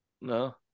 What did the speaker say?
No